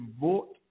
vote